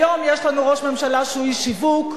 היום יש לנו ראש ממשלה שהוא איש שיווק,